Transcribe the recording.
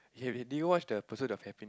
okay do you watch the Pursuit of Happ~